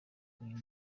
uyu